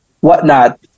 whatnot